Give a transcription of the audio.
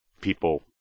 people